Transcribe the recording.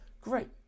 great